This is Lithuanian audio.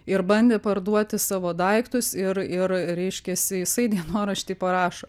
ir bandė parduoti savo daiktus ir ir reiškiasi jisai dienoraštį parašo